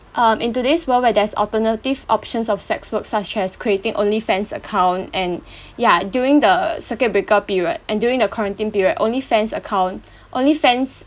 um in today's world where there's alternative options of sex work such as creating onlyfans' account and ya during the circuit breaker period and during the quarantine period onlyfans' account onlyfans'